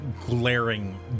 glaring